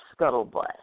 scuttlebutt